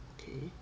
okay